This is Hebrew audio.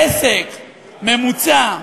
עסק ממוצע,